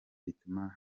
bituma